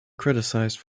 criticized